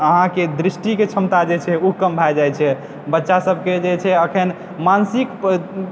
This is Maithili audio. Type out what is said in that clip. अहाँके दृष्टि के क्षमता जे छै ओ कम भए जाय छै बच्चा सबके जे छै अखन मानसिक